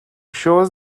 shows